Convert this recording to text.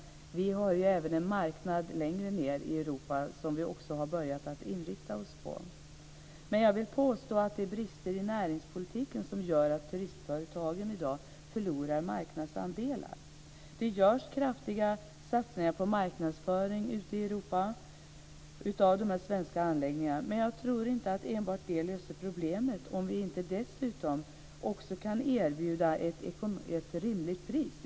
Vi har även en marknad längre ned i Europa som vi också har börjat att inrikta oss på. Jag vill påstå att det är brister i näringspolitiken som gör att turistföretagen i dag förlorar marknadsandelar. Det görs kraftiga satsningar på marknadsföring ute i Europa av de svenska anläggningarna. Men jag tror inte att enbart det löser problemet om vi inte dessutom kan erbjuda ett rimligt pris.